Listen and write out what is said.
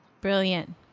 Brilliant